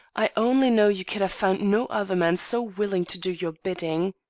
i only know you could have found no other man so willing to do your bidding.